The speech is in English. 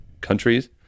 countries